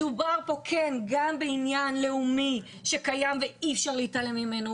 מדובר פה כן גם בעניין לאומי שקיים ואי אפשר להתעלם ממנו.